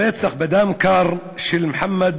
הרצח בדם קר של מוחמד